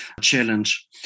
challenge